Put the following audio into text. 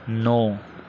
नौ